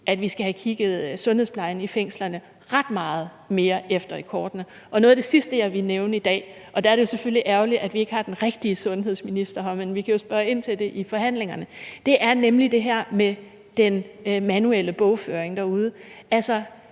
at vi skal have kigget sundhedsplejen i fængslerne ret meget mere efter i kortene. Noget af det sidste, jeg vil nævne i dag – og der er det selvfølgelig ærgerligt, at vi ikke har den rigtige sundhedsminister her, men vi kan jo spørge ind til det i forhandlingerne – er nemlig det her med den manuelle bogføring derude.